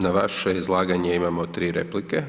Na vaše izlaganje imamo 3 replike.